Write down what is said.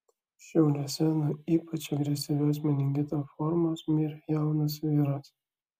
šiauliuose nuo ypač agresyvios meningito formos mirė jaunas vyras